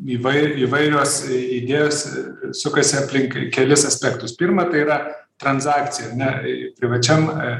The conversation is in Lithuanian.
įvai įvairios idėjos sukasi aplink kelis aspektus pirma tai yra tranzakcija ar ne privačiam